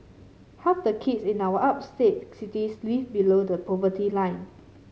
half the kids in our upstate cities live below the poverty line